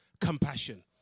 compassion